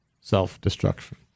self-destruction